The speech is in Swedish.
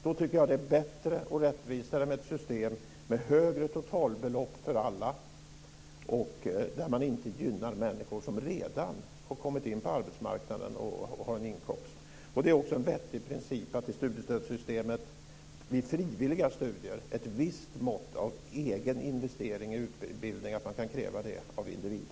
Då tycker jag att det är bättre och rättvisare med ett system med högre totalbelopp för alla och där man inte gynnar människor som redan har kommit in på arbetsmarknaden och har en inkomst. Det är också en vettig princip att i studiestödssystemet vid frivilliga studier kunna kräva ett visst mått av egen investering av individen i utbildningen.